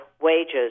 wages